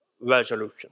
resolution